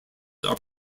are